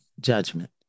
judgment